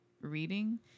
reading